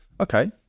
Okay